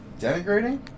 Denigrating